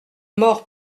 mort